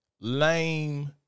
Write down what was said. lame